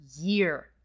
year